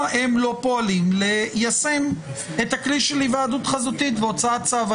הם לא פועלים ליישם את הכלי של היוועדות חזותית בהוצאת צו.